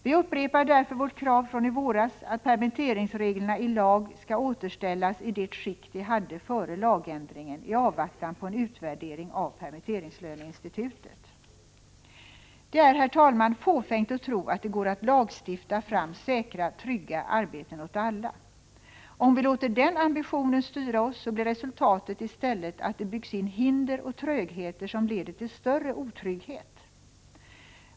Vi upprepar därför vårt krav från i våras att permitteringsreglerna i lag skall återställas i det skick de hade före lagändringen i avvaktan på en utvärdering av permitteringslöneinstitutet. Det är, herr talman, fåfängt att tro att det går att lagstifta fram säkra, trygga arbeten åt alla. Om vi låter den ambitionen styra oss blir resultatet i stället att det byggs in hinder och trögheter som leder till större otrygghet.